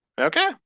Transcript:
Okay